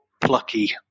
plucky